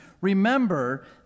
remember